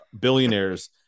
billionaires